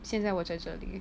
现在我在这里